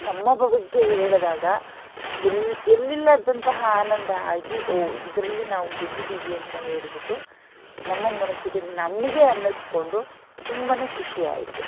ನಮ್ಮ ಬಗ್ಗೆ ಹೇಳಿದಾಗ ಎಲ್ಲಿ ಎಲ್ಲಿಲ್ಲದಂತಹ ಆನಂದ ಆಗಿ ಓಹ್ ಇದರಲ್ಲಿ ನಾವು ಗೆದ್ದಿದ್ದೀವಿ ಅಂತ ಹೇಳಿಬಿಟ್ಟು ನಮ್ಮ ಮನಸ್ಸಿಗೆ ನಮಗೆ ಅನ್ನಸ್ಕೊಂಡು ತುಂಬಾ ಖುಷಿ ಆಯಿತು